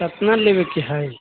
कतना लेबै के हय